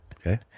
Okay